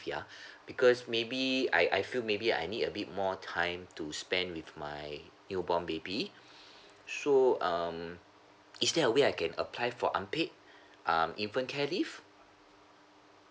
yeah because maybe I I feel maybe I need a bit more time to spend with my new born baby so um is there a way I can apply for unpaid um infant care leave